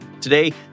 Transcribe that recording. Today